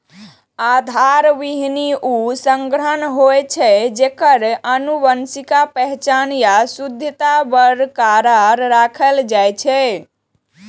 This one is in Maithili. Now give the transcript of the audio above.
आधार बीहनि ऊ संग्रह होइ छै, जेकर आनुवंशिक पहचान आ शुद्धता बरकरार राखल जाइ छै